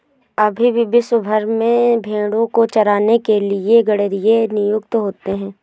अभी भी विश्व भर में भेंड़ों को चराने के लिए गरेड़िए नियुक्त होते हैं